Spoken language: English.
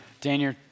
Daniel